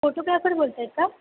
photographer बोलत आहेत का